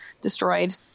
destroyed